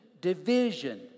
division